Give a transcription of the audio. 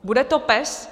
Bude to PES?